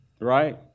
right